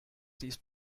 these